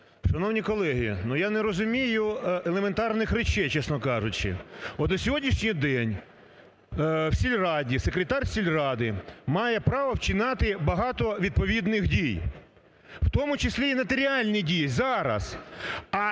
Шановні колеги! Я не розумію елементарних речей, чесно кажучи. На сьогоднішній день в сільраді секретар сільради має право вчиняти багато відповідних дій, в тому числі і нотаріальні дії зараз.